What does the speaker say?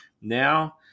now